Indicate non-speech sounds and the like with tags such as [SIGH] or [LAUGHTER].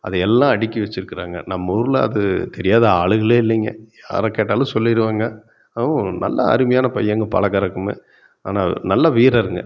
அதை எல்லாம் அடுக்கி வச்சிருக்காங்கள் நம்ம ஊர்ல அது தெரியாத ஆளுங்களே இல்லைங்க யாரை கேட்டாலும் சொல்லிடுவாங்க [UNINTELLIGIBLE] நல்லா அருமையான பையங்க பழக்கவழக்கமே ஆனால் நல்லா வீரருங்க